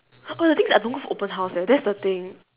oh the thing is I don't go for open house eh that's the thing